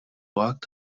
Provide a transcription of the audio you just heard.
act